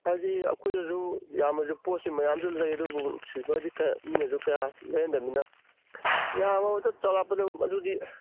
ꯍꯥꯏꯗꯤ ꯑꯩꯈꯣꯏꯗꯁꯨ ꯌꯥꯝꯅꯁꯨ ꯄꯣꯠꯁꯦ ꯃꯌꯥꯝꯁꯨ ꯂꯩ ꯑꯗꯨꯕꯨ ꯁꯤꯜꯚꯔꯗꯤ ꯀꯌꯥ ꯃꯤꯅꯁꯨ ꯀꯌꯥ ꯂꯩꯅꯗꯃꯤꯅ ꯌꯥꯝꯃꯕꯗ ꯆꯧꯔꯥꯛꯄꯗ ꯑꯗꯨꯗꯤ